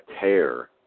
tear